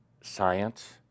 science